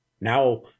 now